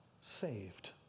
saved